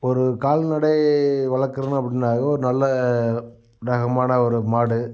ஒரு கால்நடை வளர்க்கறனு அப்படின்னாவே ஒரு நல்ல ரகமான ஒரு மாடு